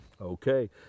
Okay